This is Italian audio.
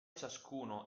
ciascuno